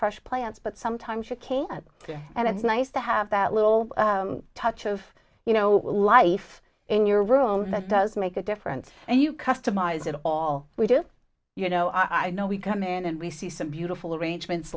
fresh plants but sometimes you came here and it's nice to have that little touch of you know life in your room that does make a difference and you customize it all we do you know i know we come in and we see some beautiful arrangements